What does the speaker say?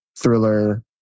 thriller